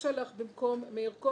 של סיעת המחנה